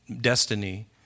destiny